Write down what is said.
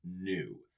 new